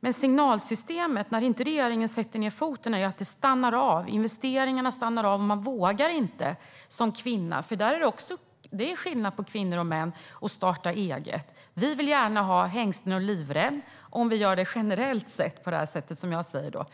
Men signalsystemet gör att när regeringen inte sätter ned foten stannar det av. Investeringarna stannar av och man vågar som kvinna inte starta eget. Det är skillnad mellan kvinnor och män i fråga om att starta eget. Kvinnor vill generellt gärna ha hängslen och livrem.